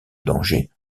danger